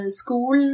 school